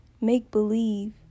make-believe